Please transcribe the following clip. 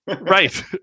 right